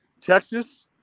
Texas